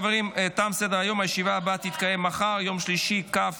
(העברת האחריות הביטוחית בתחום מכשירי שיקום